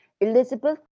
Elizabeth